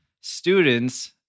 students